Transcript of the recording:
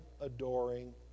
adoring